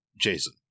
Jason